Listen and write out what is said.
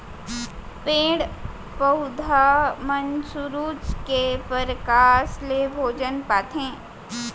पेड़ पउधा मन सुरूज के परकास ले भोजन पाथें